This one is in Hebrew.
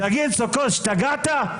תגיד סוכות, השתגעת?